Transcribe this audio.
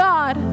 God